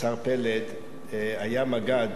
השר פלד, היה מג"ד